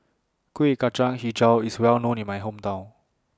Kueh Kacang Hijau IS Well known in My Hometown